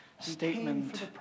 statement